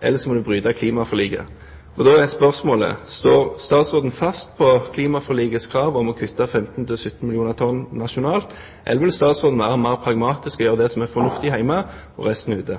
eller en må bryte klimaforliket. Og da er spørsmålet: Står statsråden fast på klimaforlikets krav om å kutte 15–17 millioner tonn nasjonalt, eller vil han være mer pragmatisk og gjøre det som er fornuftig hjemme – og resten ute?